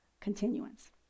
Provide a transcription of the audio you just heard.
continuance